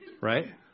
Right